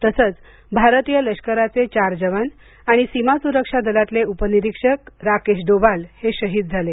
तसंच भारतीय लष्कराचे चार जवान आणि सीमा सुरक्षा दलातले उपनिरीक्षक राकेश डोवल हे शहीद झाले